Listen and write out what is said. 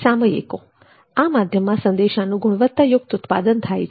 સામયિકો આ માધ્યમમાં સંદેશાનું ગુણવત્તાયુક્ત ઉત્પાદન થાય છે